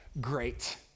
great